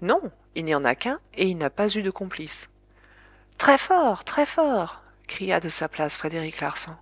non il n'y en a eu qu'un et il n'a pas eu de complice très fort très fort cria de sa place frédéric larsan